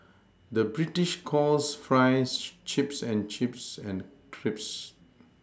the British calls Fries Chips and Chips and Crisps